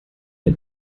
ein